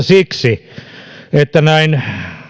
siksi että näin